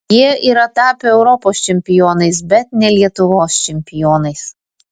jie yra tapę europos čempionais bet ne lietuvos čempionais